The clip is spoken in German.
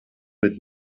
mit